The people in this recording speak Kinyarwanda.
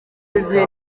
yuzuye